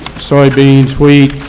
soybeans, wheat,